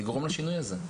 יכולה לגרום לשינוי הזה.